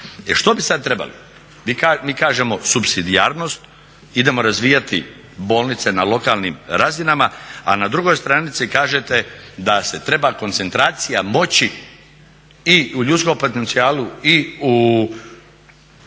E što bi sad trebali? Mi kažemo supsidijarnosti, idemo razvijati bolnice na lokalnim razinama, a na drugoj stranici kažete da se treba koncentracija moći i u ljudskom potencijalu i u